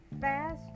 fast